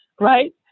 Right